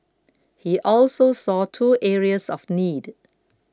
he also saw two areas of need